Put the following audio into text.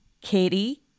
Katie